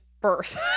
Birth